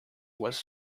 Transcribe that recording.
was